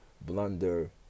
blunder